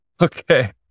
Okay